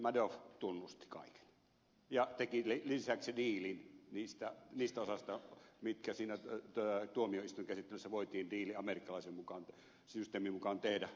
madoff tunnusti kaiken ja teki lisäksi diilin niistä osista joista siinä tuomioistuinkäsittelyssä voitiin diili amerikkalaisen systeemin mukaan tehdä